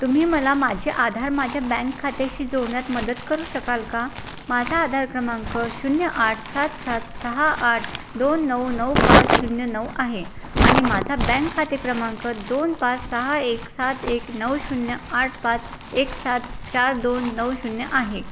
तुम्ही मला माझे आधार माझ्या बँक खात्याशी जोडण्यात मदत करू शकाल का माझा आधार क्रमांक शून्य आठ सात सात सहा आठ दोन नऊ नऊ पाच शून्य नऊ आहे आणि माझा बँक खाते क्रमांक दोन पाच सहा एक सात एक नऊ शून्य आठ पाच एक सात चार दोन नऊ शून्य आहे